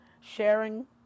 sharing